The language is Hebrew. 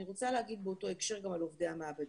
אני רוצה להגיד באותו הקשר גם על עובדי המעבדה: